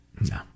No